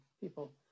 people